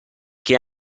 che